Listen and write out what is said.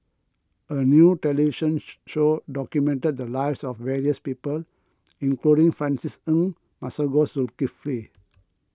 a new television show documented the lives of various people including Francis Ng Masagos Zulkifli